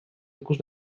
ikus